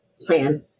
plan